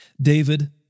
David